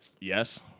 Yes